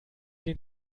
den